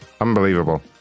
Unbelievable